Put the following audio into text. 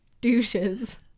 douches